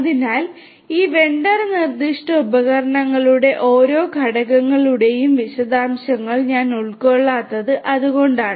അതിനാൽ ഈ വെണ്ടർ നിർദ്ദിഷ്ട ഉപകരണങ്ങളുടെ ഓരോ ഘടകങ്ങളുടെയും വിശദാംശങ്ങൾ ഞാൻ ഉൾക്കൊള്ളാത്തത് അതുകൊണ്ടാണ്